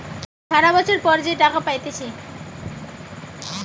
সারা বছর পর যে টাকা পাইতেছে